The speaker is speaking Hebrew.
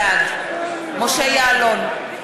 בעד משה יעלון,